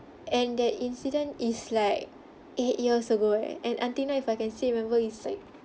and that incident is like eight years ago eh and until now if I can still remember it's like